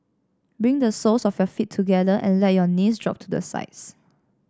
bring the soles of your feet together and let your knees drop to the sides